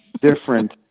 different